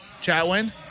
Chatwin